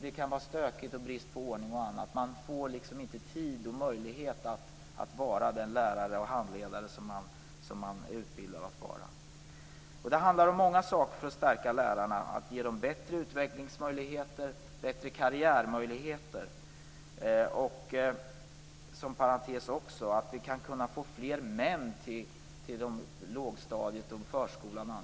Det kan vara stökigt, brist på ordning och annat. Lärarna får inte tid och möjlighet att vara den lärare och handledare som de är utbildade att vara. Det handlar om många saker för att stärka lärarna. Det gäller att ge dem bättre utvecklingsmöjligheter och bättre karriärmöjligheter. Inom parentes kan också sägas att vi borde få fler män till lågstadiet, förskolan och annat.